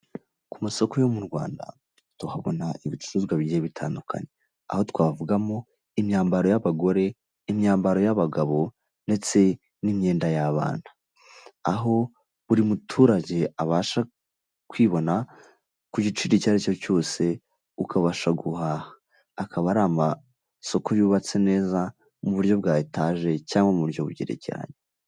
Ku masoko yo mu Rwanda tuhabona ibicuruzwa bigiye bitandukanye aho twavugamo imyambaro y'abagore n'imyambaro y'abagabo ndetse n'imyenda y'abana aho buri muturage abasha kwibona ku giciro icyo ari cyo cyose ukabasha guhaha akaba ari amasoko yubatse neza mu buryo bwa etaje cyangwa mu buryo bugerekeranye.